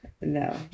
No